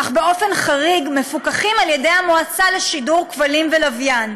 אך באופן חריג הם מפוקחים על ידי המועצה לשידורי כבלים ולוויין,